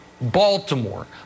Baltimore